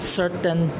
certain